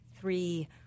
three